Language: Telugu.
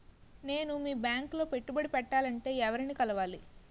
నేను మీ బ్యాంక్ లో పెట్టుబడి పెట్టాలంటే ఎవరిని కలవాలి?